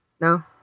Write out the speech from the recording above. no